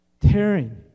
tearing